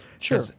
sure